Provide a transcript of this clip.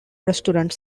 restaurant